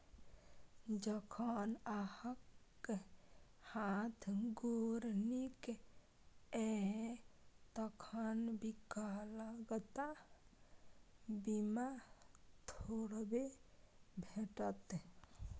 जखन अहाँक हाथ गोर नीक यै तखन विकलांगता बीमा थोड़बे भेटत?